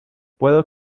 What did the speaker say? puedo